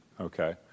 Okay